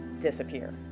disappear